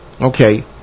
Okay